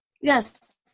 Yes